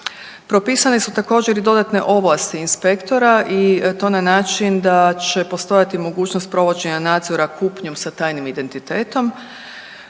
Propisane su također, i dodatne ovlasti inspektora i to na način da će postojati mogućnost provođenja nadzora kupnjom sa tajnim identitetom,